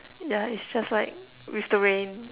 yeah it's just like with the rain